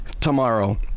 tomorrow